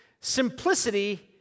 Simplicity